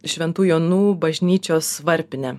šventų jonų bažnyčios varpinę